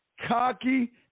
cocky